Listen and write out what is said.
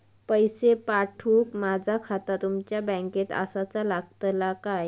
पैसे पाठुक माझा खाता तुमच्या बँकेत आसाचा लागताला काय?